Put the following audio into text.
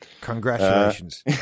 Congratulations